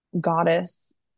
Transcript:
goddess